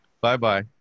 Bye-bye